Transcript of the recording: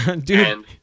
Dude